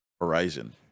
Horizon